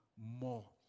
more